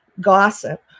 gossip